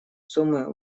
суммы